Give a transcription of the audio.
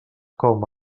com